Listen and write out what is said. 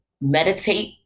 meditate